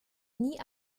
nie